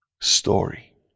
story